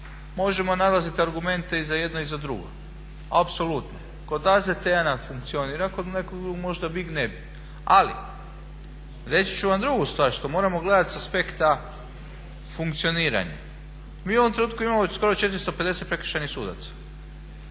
možemo nalaziti argumente i za jedno i za drugo, apsolutno. Kod AZTN-a funkcionira kod nekog drugog možda bi, možda ne bi. Ali, reći ću vam drugu stvar, što moramo gledati s aspekta funkcioniranja. Mi u ovom trenutku imamo već skoro 450 prekršajnih sudaca